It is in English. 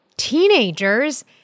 Teenagers